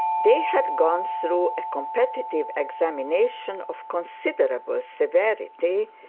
they had gone through a competitive examination of considerable severity,